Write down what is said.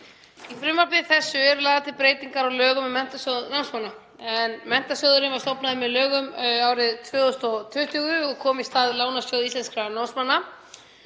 Í frumvarpi þessu eru lagðar til breytingar á lögum um Menntasjóð námsmanna en sjóðurinn var stofnaður með lögum árið 2020 og kom í stað Lánasjóðs íslenskra námsmanna.